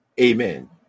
Amen